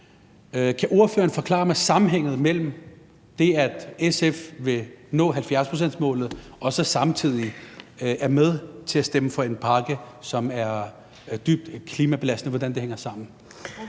Kan ordføreren forklare mig sammenhængen mellem det, at SF vil nå 70-procentsmålet, og det, at man så samtidig er med til at stemme for en pakke, som er dybt klimabelastende? Hvordan hænger det sammen?